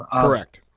Correct